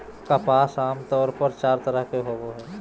कपास आमतौर पर चार तरह के होवो हय